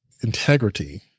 integrity